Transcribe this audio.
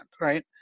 right